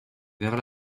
vers